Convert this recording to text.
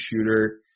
shooter